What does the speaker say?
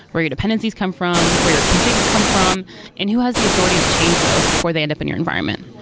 where your dependencies come from, where your configs come from and who has the authority to change those before they end up in your environment?